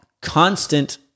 Constant